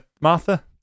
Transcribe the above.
Martha